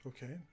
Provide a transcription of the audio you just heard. Okay